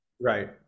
Right